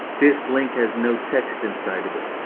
this link has no text inside of it,